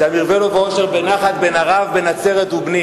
"שם ירווה לו משפע ואושר בן ערב, בן נצרת ובני"